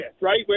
right